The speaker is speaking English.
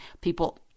people